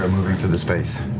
moving through the space.